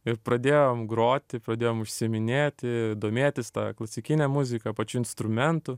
ir pradėjom groti pradėjom užsiiminėti domėtis ta klasikine muzika pačiu instrumentu